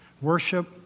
worship